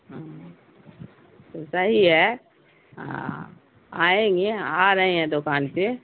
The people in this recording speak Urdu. ہاں تو صحیح ہے آئیں گے آ رہے ہیں دکان پہ